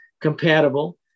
compatible